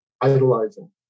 idolizing